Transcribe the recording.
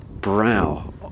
brow